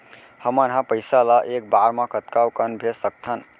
हमन ह पइसा ला एक बार मा कतका कन भेज सकथन?